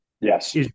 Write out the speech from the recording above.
Yes